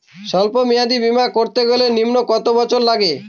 সল্প মেয়াদী বীমা করতে গেলে নিম্ন কত বছর লাগে?